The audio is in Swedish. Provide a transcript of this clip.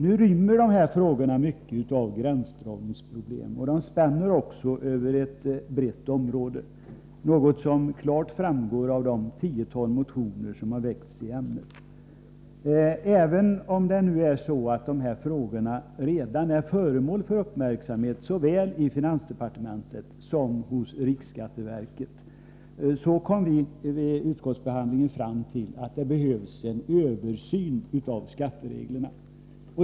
Nu rymmer dessa frågor mycket av gränsdragningsproblem och spänner också över ett brett område, som framgår av ett tiotal motioner som väckts i ämnet. Även om dessa frågor redan är föremål för uppmärksamhet såväl i finansdepartementet som hos riksskatteverket kom vi vid utskottsbehandlingen fram till att det behövs en översyn av skattereglerna.